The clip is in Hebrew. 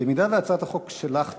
אם הצעת החוק שלך תעבור,